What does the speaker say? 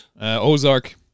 Ozark